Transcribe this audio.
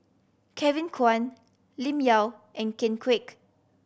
Kevin Kwan Lim Yau and Ken Kwek